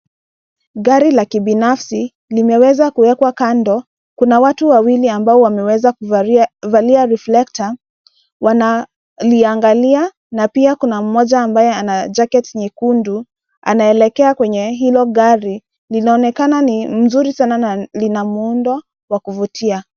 Gari la kibinafsi limeweza kuwekwa kando kuna watu wawili ambao wameweza kuvalia reflector wanaliangalia na pia kuna moja ambaye jacket nyekundu anaelekea kwenye hilo gari, linaonekana ni mzuri sana na lina muundo wa kuvutia.